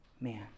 man